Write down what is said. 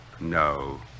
No